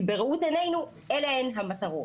כי בראות עינינו, אלה הן המטרות.